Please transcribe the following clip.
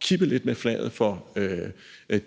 kippe lidt med flaget for